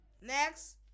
Next